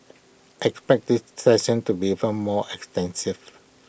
expect these sessions to be even more extensive